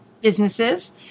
businesses